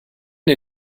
dir